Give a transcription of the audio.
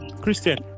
Christian